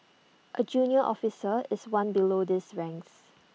A junior officer is one below these ranks